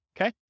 Okay